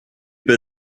have